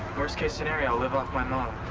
worst-case scenario i'll live off my mom.